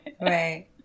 Right